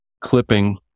clipping